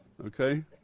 Okay